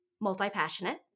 multi-passionate